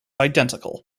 identical